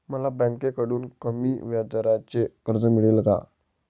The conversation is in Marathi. मला बँकेकडून कमी व्याजदराचे कर्ज मिळेल का?